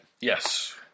Yes